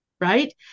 Right